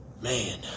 Man